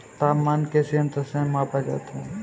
तापमान किस यंत्र से मापा जाता है?